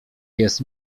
jest